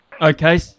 Okay